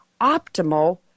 optimal